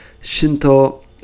Shinto